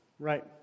Right